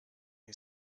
who